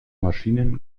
maschinen